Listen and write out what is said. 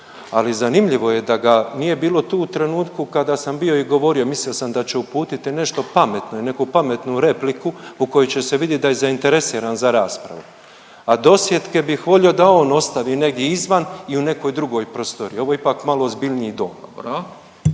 Ali zanimljivo je da ga nije bilo tu u trenutku kada sam bio i govorio mislio sam da će uputiti nešto pametno i neku pametnu repliku u kojoj će se vidjeti da je zainteresiran za raspravu. A dosjetke bih volio da on ostavi negdje izvan i u nekoj drugoj prostoriji. Ovo je ipak malo ozbiljniji Dom.